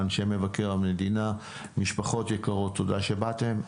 אנשי מבקר המדינה, משפחות יקרות תודה שבאתם.